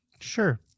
Sure